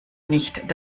nicht